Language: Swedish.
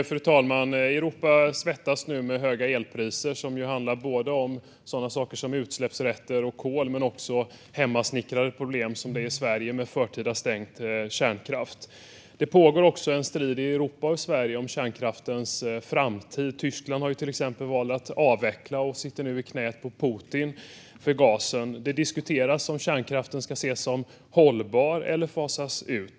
Fru talman! Europa svettas nu på grund av höga elpriser. Det handlar om saker som utsläppsrätter och kol men också om hemmasnickrade problem som i Sverige, med förtida stängd kärnkraft. Det pågår också en strid i Europa och Sverige om kärnkraftens framtid. Tyskland har ju till exempel valt att avveckla och sitter nu i knät på Putin för gasen. Det diskuteras om kärnkraften ska ses som hållbar eller fasas ut.